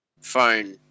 phone